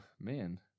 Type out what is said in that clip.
Man